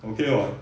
okay [what]